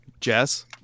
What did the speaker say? Jess